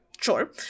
Sure